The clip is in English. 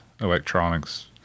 electronics